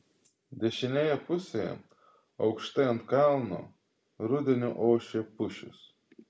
dešinėje pusėje aukštai ant kalno rudeniu ošė pušys